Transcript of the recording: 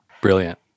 Brilliant